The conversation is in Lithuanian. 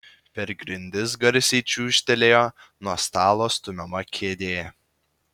per grindis garsiai čiūžtelėjo nuo stalo stumiama kėdė